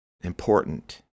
important